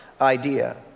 idea